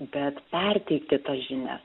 bet perteikti tas žinias